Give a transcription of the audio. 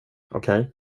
okej